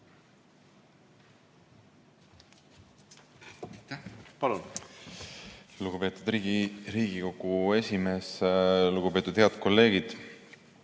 Palun! Lugupeetud Riigikogu esimees! Lugupeetud head kolleegid!